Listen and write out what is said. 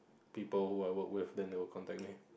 people who are work with then they will contact them